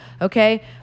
okay